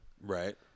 Right